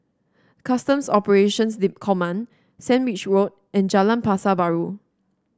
Customs Operations Command Sandwich Road and Jalan Pasar Baru